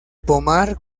pomar